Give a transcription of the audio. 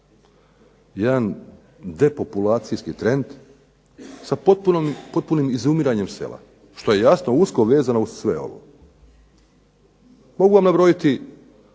jedan depopulacijski trend sa potpunim izumiranjem sela što je jasno usko vezano uz sve ovo. Mogu vam nabrojiti